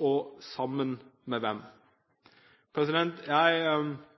og sammen med hvem? Jeg synes debatten i dag har vært bedre enn mange andre. Jeg